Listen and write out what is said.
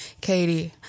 Katie